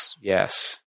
yes